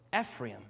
Ephraim